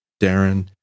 Darren